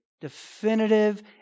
definitive